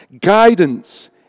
Guidance